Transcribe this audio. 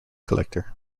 collector